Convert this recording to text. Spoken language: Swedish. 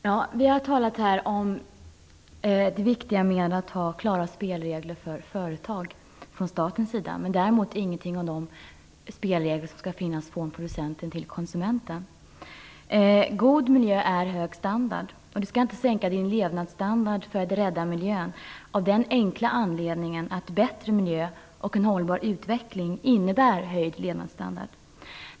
Herr talman! Vi har talat om det viktiga i att från statens sida ha klara spelregler för företag, men däremot ingenting om de spelregler som skall finnas mellan producenten och konsumenten. God miljö är hög standard. Vi skall inte sänka vår levnadsstandard för att rädda miljön av den enkla anledningen att bättre miljö och en hållbar utveckling innebär höjd levnadsstandard.